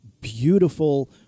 beautiful